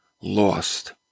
lost